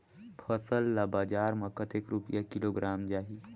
फसल ला बजार मां कतेक रुपिया किलोग्राम जाही?